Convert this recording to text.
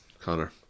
Connor